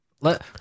Let